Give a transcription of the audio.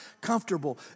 comfortable